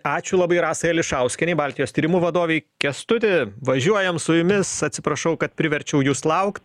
ačiū labai rasai ališauskienei baltijos tyrimų vadovei kęstuti važiuojam su jumis atsiprašau kad priverčiau jus laukt